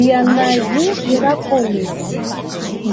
viena jų yra politinė